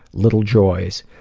little joys,